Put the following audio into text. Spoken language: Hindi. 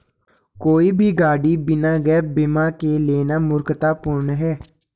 कोई भी गाड़ी बिना गैप बीमा के लेना मूर्खतापूर्ण है